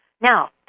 Now